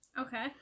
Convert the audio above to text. Okay